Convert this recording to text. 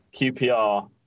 qpr